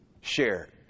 shared